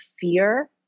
fear